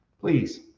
Please